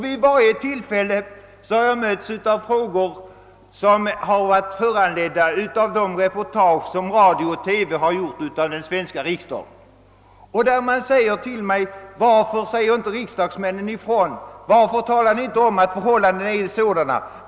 Vid varje tillfälle har jag mötts av frågor, som har varit föranledda av de reportage som radio och TV har gjort från den svenska riksdagen. Man har frågat mig: »Varför säger inte riksdagsmännen ifrån? Varför talar ni inte om hur era arbetsförhållanden är?